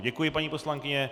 Děkuji, paní poslankyně.